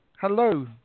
Hello